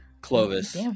Clovis